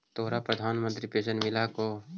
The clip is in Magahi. तोहरा प्रधानमंत्री पेन्शन मिल हको ने?